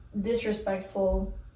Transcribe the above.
disrespectful